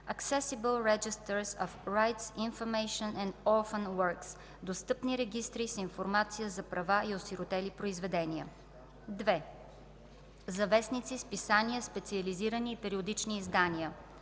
Достъпни регистри с информация за права и осиротели произведения). 2. за вестници, списания, специализирани и периодични издания: